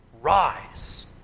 rise